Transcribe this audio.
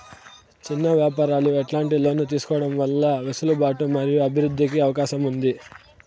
చిన్న వ్యాపారాలు ఎట్లాంటి లోన్లు తీసుకోవడం వల్ల వెసులుబాటు మరియు అభివృద్ధి కి అవకాశం ఉంది?